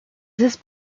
this